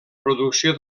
producció